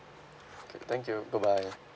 okay thank you bye bye